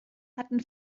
hatten